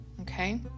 okay